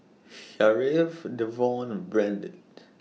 Sharif Devon and Brandt